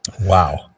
wow